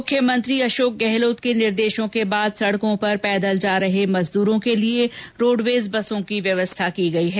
मुख्यमंत्री अशोक गहलोत के निर्देशों के बाद सड़कों पर पैदल जा रहे मजदूरों के लिए रोडवेज बसों की व्यवस्था की गई है